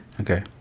Okay